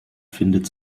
findet